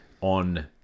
on